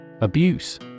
Abuse